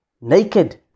naked